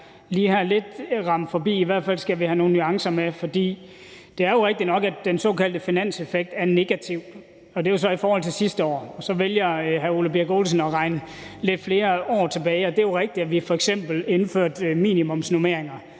lige rammer lidt forbi; i hvert fald skal vi have nogle nuancer med. For det er jo rigtigt nok, at den såkaldte finanseffekt er negativ, og det er jo så i forhold til sidste år. Så vælger hr. Ole Birk Olesen at regne nogle flere år tilbage, og det er jo rigtigt, at vi f.eks. indførte minimumsnormeringer,